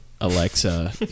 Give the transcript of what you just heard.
alexa